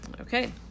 Okay